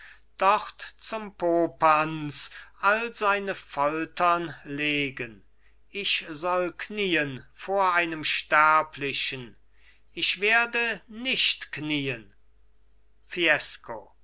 dort zum popanz all seine foltern legen ich soll knien vor einem sterblichen ich werde nicht knien fiesco